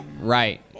right